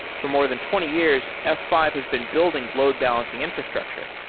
for more than twenty years, f five has been building load-balancing infrastructure,